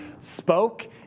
spoke